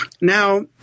Now